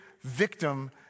victim